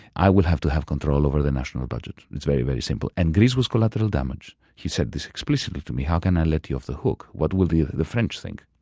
i will have to have control over the national budget. it's very, very simple. and greece was collateral damage. he said this explicitly to me how can i let you off the hook? what will the the french think?